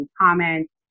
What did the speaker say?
comments